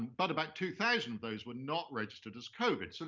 but about two thousand of those were not registered as covid. so